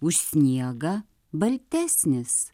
už sniegą baltesnis